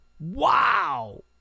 Wow